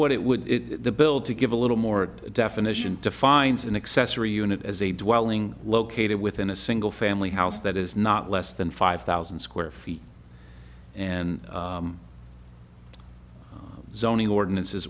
what it would build to give a little more definition defines an accessory unit as a dwelling located within a single family house that is not less than five thousand square feet and zoning ordinances